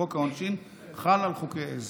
לחוק העונשין חל על חוקי עזר.